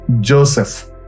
Joseph